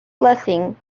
blessing